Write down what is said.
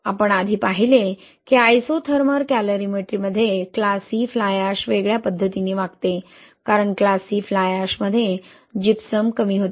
आपण आधी पाहिले की आयसोथर्मल कॅलरीमेट्रीमध्ये क्लास सी फ्लाय अॅश वेगळ्या पद्धतीने वागते कारण क्लास सी फ्लाय अॅश मध्ये जिप्सम कमी होते